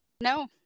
no